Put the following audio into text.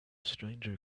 stranger